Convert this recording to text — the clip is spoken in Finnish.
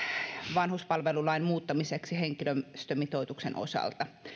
vanhuspalvelulain muuttamiseksi henkilöstömitoituksen osalta